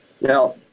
Now